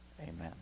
Amen